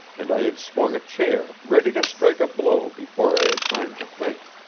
and i had swung a chair ready to strike a blow before i had time to think.